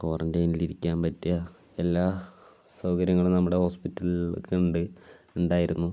ക്വാറന്റൈൻനിൽ ഇരിക്കാൻ പറ്റുക എല്ലാ സൗകര്യങ്ങളും നമ്മുടെ ഹോസ്പിറ്റലുകളിൽ ഒക്കെ ഉണ്ട് ഉണ്ടായിരുന്നു